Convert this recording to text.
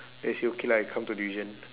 then I say okay lah I come to division